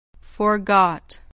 forgot